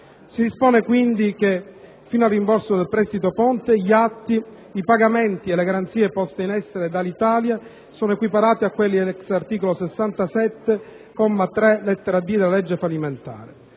Si dispone quindi che, fino al rimborso del prestito ponte, gli atti, i pagamenti e le garanzie posti in essere dall'Italia sono equiparati a quelli *ex* articolo 67, comma 3, lettera *d)*, della legge fallimentare.